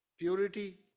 Purity